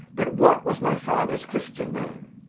but what was my father's christian name?